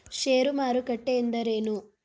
ಷೇರು ಮಾರುಕಟ್ಟೆ ಎಂದರೇನು?